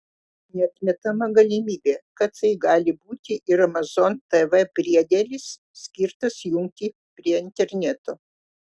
neatmetama galimybė kad tai gali būti ir amazon tv priedėlis skirtas jungti prie interneto